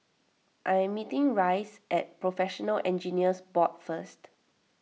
I am meeting Rice at Professional Engineers Board First